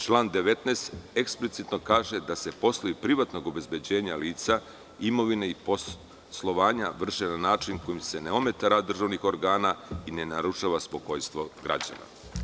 Član 19. eksplicitno kaže da poslovi privatnog obezbeđenja lica, imovina i poslovanje vrše na način kojim se ne ometa rad državnih organa i ne narušava spokojstvo građana.